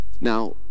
Now